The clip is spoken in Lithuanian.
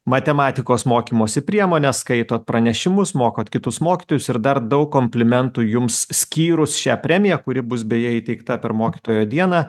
matematikos mokymosi priemones skaitot pranešimus mokot kitus mokytojus ir dar daug komplimentų jums skyrus šią premiją kuri bus beje įteikta per mokytojo dieną